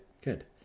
good